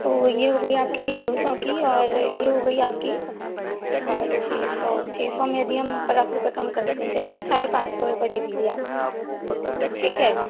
तो ये हो गई आपकी दो सौ की और ये हो गई आपकी छः सौ छः सौ में यदि हम पचास रुपये कम करते हैं चलिए साढ़े पाँच सौ रुपये दे दीजिए आप ठीक है